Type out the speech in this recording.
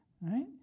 Right